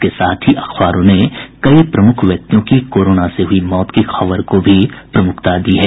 इसके साथ ही अखबारों ने कई प्रमुख व्यक्तियों की कोरोना संक्रमण से हुई मौत की खबर को भी प्रमुखता दी है